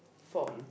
four